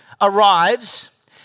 arrives